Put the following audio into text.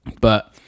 But-